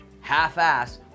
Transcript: half-assed